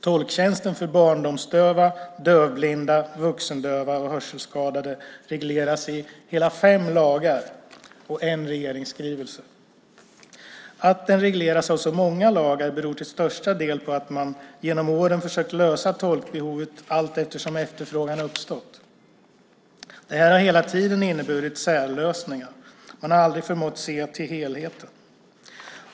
Tolktjänsten för barndomsdöva, dövblinda, vuxendöva och hörselskadade regleras i hela fem lagar och en regeringsskrivelse. Att den regleras av så många lagar beror till största delen på att man genom åren försökt att lösa tolkbehovet allteftersom efterfrågan uppstått. Det här har hela tiden inneburit särlösningar. Man har aldrig förmått se till helheten.